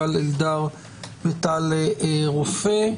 גל אלדר וטל רופא.